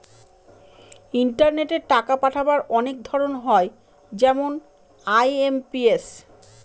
ইন্টারনেটে টাকা পাঠাবার অনেক ধরন হয় যেমন আই.এম.পি.এস